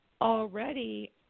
already